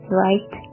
right